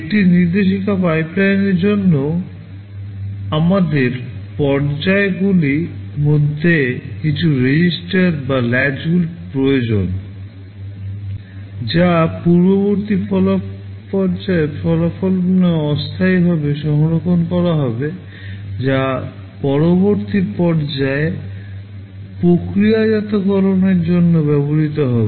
একটি নির্দেশিকা পাইপলাইনের জন্যও আমাদের পর্যায়েগুলির মধ্যে কিছু রেজিস্টার বা ল্যাচ প্রয়োজন যা পূর্ববর্তী পর্যায়ে ফলাফল অস্থায়ীভাবে সংরক্ষণ করা হবে যা পরবর্তী পর্যায়ে প্রক্রিয়াজাতকরণের জন্য ব্যবহৃত হবে